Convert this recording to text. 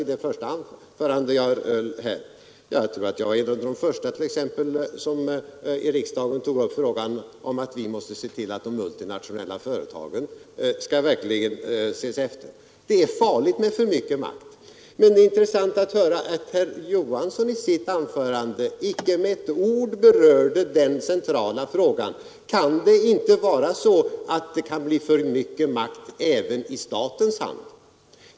Och jag tror att jag var en av de första som i riksdagen tog upp frågan om att vi måste se till att de multinationella företagen verkligen ses efter. Det är farligt med för mycket makt. Men det är intressant att höra att herr Johansson i sitt anförande icke med ett ord berörde den centrala frågan: Kan det inte bli för mycket makt även i statens hand?